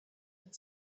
had